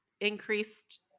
increased